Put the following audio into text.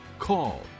call